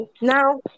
Now